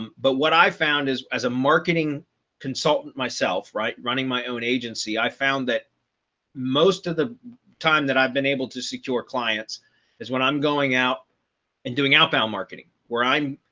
but what i found is as as a marketing consultant myself, right, running my own agency, i found that most of the time that i've been able to secure clients is when i'm going out and doing outbound marketing, where i'm,